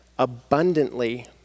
abundantly